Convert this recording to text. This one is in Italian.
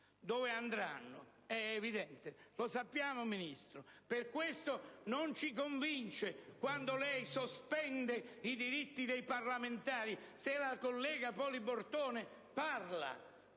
dove andranno? È evidente, signor Ministro, lo sappiamo: per questo non ci convince quando sospende i diritti dei parlamentari. Se la collega Poli Bortone parla